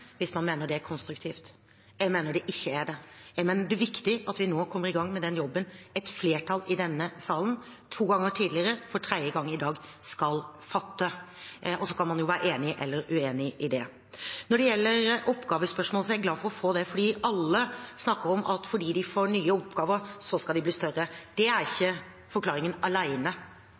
hvis man mener det er konstruktivt. Jeg mener det ikke er det. Det er viktig at vi nå kommer i gang med den jobben et flertall i denne salen – to ganger tidligere, for tredje gang i dag – skal fatte vedtak om, og så kan man være enig eller uenig i det. Når det gjelder oppgavespørsmålet, er jeg glad for å få det, for alle snakker om at fordi de får nye oppgaver, skal de bli større. Det er ikke forklaringen